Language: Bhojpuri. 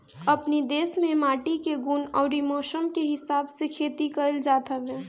अपनी देस में माटी के गुण अउरी मौसम के हिसाब से खेती कइल जात हवे